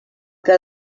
que